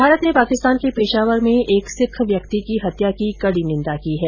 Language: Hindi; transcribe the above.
भारत ने पाकिस्तान के पेशावर में एक सिख व्यक्ति की हत्या की कड़ी निंदा की है